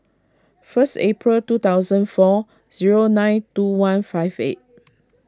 first April two thousand four zero nine two one five eight